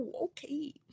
okay